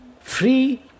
free